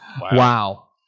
Wow